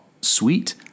sweet